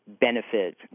benefit